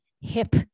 hip